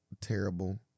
terrible